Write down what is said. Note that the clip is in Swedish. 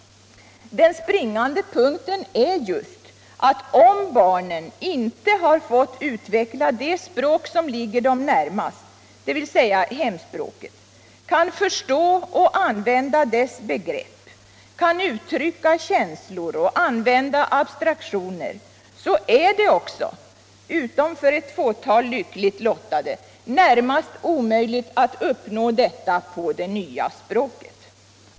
Den springande punkten är just att om barnen inte har fått utveckla det språk som ligger dem närmast, dvs. hemspråket, kan förstå och använda dess begrepp, kan uttrycka känslor och använda abstraktioner, så är det också —- utom för ett fåtal lyckligt lottade — i det närmaste omöjligt att uppnå detta på det nya språket.